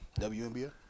WNBA